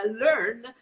learn